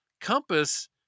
compass